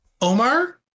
Omar